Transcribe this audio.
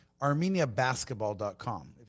armeniabasketball.com